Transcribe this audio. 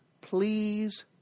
please